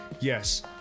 Yes